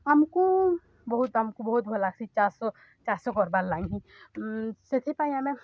ଆମକୁ ବହୁତ ଆମକୁ ବହୁତ ଭଲ ଲାଗ୍ସି ଚାଷ ଚାଷ କର୍ବାର୍ ଲାଗି ସେଥିପାଇଁ ଆମେ